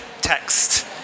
text